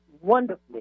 Wonderfully